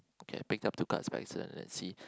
okay I pick up two cards but it's a let's see